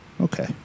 Okay